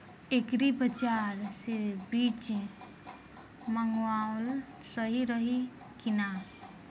Agri बाज़ार से बीज मंगावल सही रही की ना?